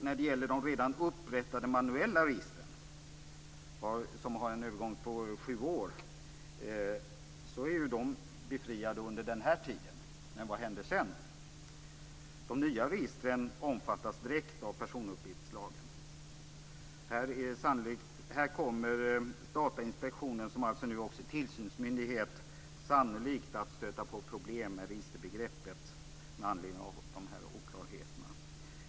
När det gäller de redan upprättade manuella registren, som har en övergångsperiod på sju år, är de befriade under den här tiden. Men vad händer sedan? De nya registren omfattas direkt av personuppgiftslagen. Här kommer Datainspektionen, som alltså nu också är tillsynsmyndighet, sannolikt att stöta på problem med registerbegreppet med anledning av dessa oklarheter.